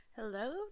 Hello